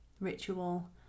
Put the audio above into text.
ritual